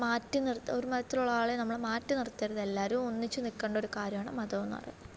ഒരു മതത്തിലുള്ള ആളെ നമ്മൾ മാറ്റിനിറുത്തരുത് എല്ലാവരും ഒന്നിച്ചു നിൽക്കേണ്ട ഒരു കാര്യമാണ് മതമെന്ന് പറയുന്നത്